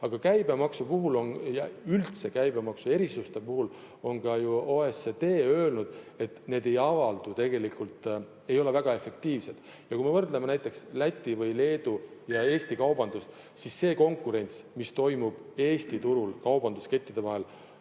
Aga käibemaksu puhul ja üldse käibemaksuerisuste puhul on ju ka OECD öelnud, et need ei ole väga efektiivsed. Kui me võrdleme näiteks Läti või Leedu ja Eesti kaubandust, siis see konkurents, mis toimub Eesti turul kaubanduskettide vahel,